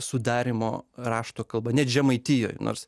sudarymo rašto kalba net žemaitijoj nors